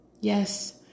Yes